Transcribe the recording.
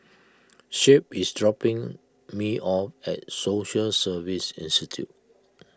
Shep is dropping me off at Social Service Institute